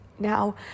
now